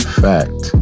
fact